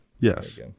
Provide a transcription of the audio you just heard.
Yes